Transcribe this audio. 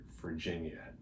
Virginia